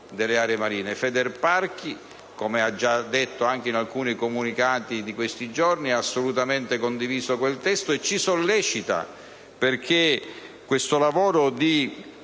Federparchi, come ha già esplicitato anche in alcuni comunicati di questi giorni, ha assolutamente condiviso quel testo e ci sollecita ad intraprendere questo lavoro di